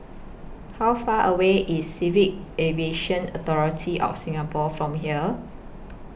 How Far away IS Civil Aviation Authority of Singapore from here